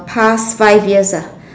past five years ah